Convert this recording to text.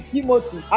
Timothy